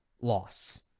loss